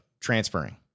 transferring